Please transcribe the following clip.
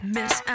Miss